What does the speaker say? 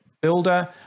builder